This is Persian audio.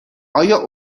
آیا